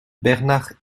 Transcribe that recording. bernard